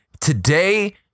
Today